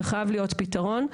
וחייב להיות פתרון.